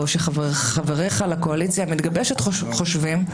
או שחבריך לקואליציה המתגבשת חושבים,